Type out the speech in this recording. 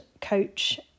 coach